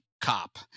cop